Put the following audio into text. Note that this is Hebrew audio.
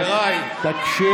ראש הממשלה מתנהג כמו ילד, תקשיבי,